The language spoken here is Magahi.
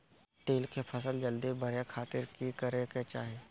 तिल के फसल जल्दी बड़े खातिर की करे के चाही?